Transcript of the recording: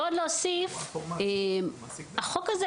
החוק הזה